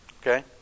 Okay